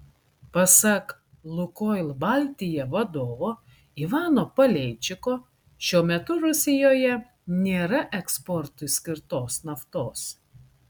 pasak lukoil baltija vadovo ivano paleičiko šiuo metu rusijoje nėra eksportui skirtos naftos